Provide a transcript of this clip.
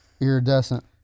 Iridescent